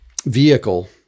vehicle